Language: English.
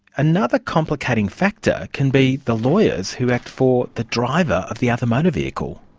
another complicating factor can be the lawyers who act for the driver of the other motor vehicle.